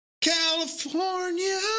California